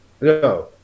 No